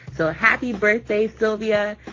so happy birthday, sylvia,